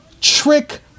trick